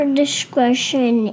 discretion